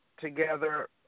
together